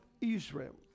Israel